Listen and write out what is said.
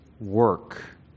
work